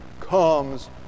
comes